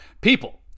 People